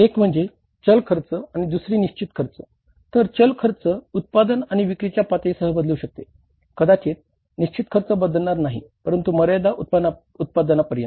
एक म्हणजे चल खर्च तर चल खर्च उत्पादन आणि विक्रीच्या पातळीसह बदलू शकते कदाचित निश्चित खर्च बदलणार नाही परंतु मर्यादित उत्पादनापर्यंत